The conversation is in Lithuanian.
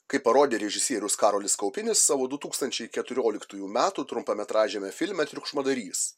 kaip parodė režisierius karolis kaupinis savo du tūkstančiai keturioliktųjų metų trumpametražiame filme triukšmadarys